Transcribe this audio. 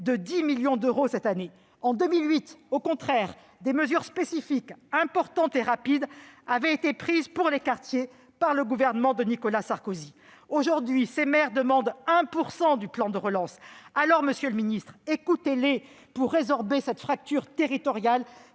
de 10 millions d'euros cette année. En 2008, au contraire, des mesures spécifiques importantes et rapides avaient été prises pour les quartiers par le gouvernement de Nicolas Sarkozy. Aujourd'hui, ces maires demandent 1 % du plan de relance : alors, écoutez-les, monsieur le ministre, pour résorber cette fracture territoriale